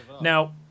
Now